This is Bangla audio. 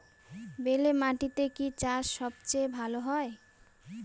বেলে মাটিতে কি চাষ সবচেয়ে ভালো হয়?